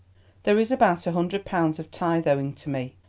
there is about a hundred pounds of tithe owing to me,